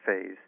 phase